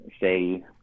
say